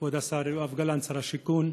כבוד השר יואב גלנט, שר השיכון,